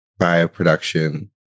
bioproduction